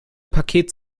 paket